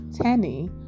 Tenny